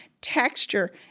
texture